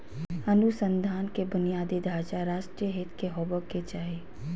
अनुसंधान के बुनियादी ढांचा राष्ट्रीय हित के होबो के चाही